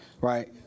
right